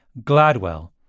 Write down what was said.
GLADWELL